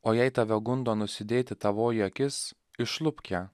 o jei tave gundo nusidėti tavoji akis išlupk ją